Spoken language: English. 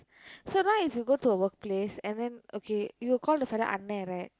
so now if you go to a workplace and then okay you will call the fella அண்ணே:annee right